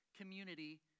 community